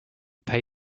pay